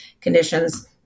conditions